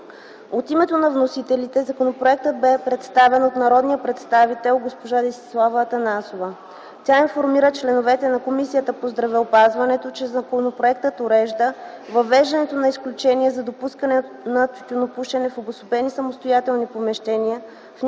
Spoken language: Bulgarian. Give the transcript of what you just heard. От името на вносителите законопроектът бе представен от народния представител госпожа Десислава Атанасова. Тя информира членовете на Комисия по здравеопазването, че законопроектът урежда въвеждането на изключения за допускане на тютюнопушене в обособени самостоятелни помещения в някои